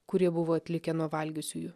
kurie buvo atlikę nuo valgiusiųjų